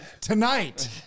tonight